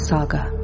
Saga